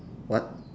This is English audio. what